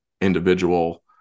individual